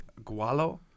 gualo